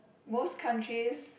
most countries